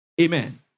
Amen